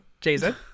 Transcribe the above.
jason